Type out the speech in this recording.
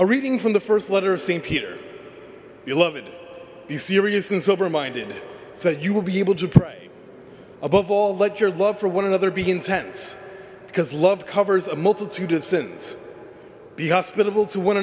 a reading from the first letter of st peter you love it you serious and sober minded so you will be able to pray above all let your love for one another be intense because love covers a multitude of sins be hospitable to one